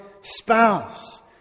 spouse